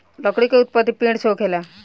लकड़ी के उत्पति पेड़ से होखेला